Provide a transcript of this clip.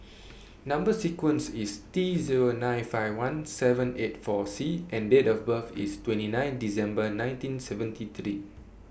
Number sequence IS T Zero nine five one seven eight four C and Date of birth IS twenty nine December nineteen seventy today